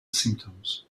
symptoms